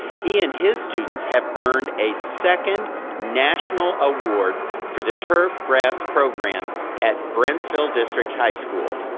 he and his students have earned a second national award for the turf grass program at brentsville district high school.